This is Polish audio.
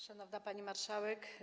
Szanowna Pani Marszałek!